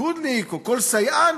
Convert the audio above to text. ליכודניק או כל סייען,